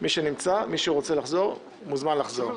מי שרוצה לחזור מוזמן לחזור.